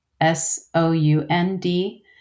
S-O-U-N-D